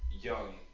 young